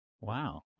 wow